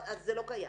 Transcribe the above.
זה לא קיים.